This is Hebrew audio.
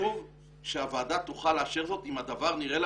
כתוב שהוועדה תוכל לאשר זאת אם הדבר נראה לה